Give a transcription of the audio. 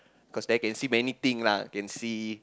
cause there can see many thing lah can see